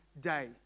day